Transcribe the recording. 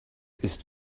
ist